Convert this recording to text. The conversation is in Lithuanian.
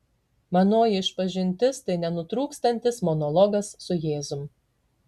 manoji išpažintis tai nenutrūkstantis monologas su jėzum